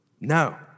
No